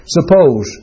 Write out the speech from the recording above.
Suppose